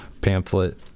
pamphlet